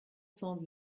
cent